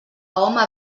home